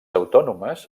autònomes